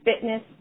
fitness